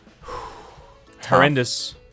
Horrendous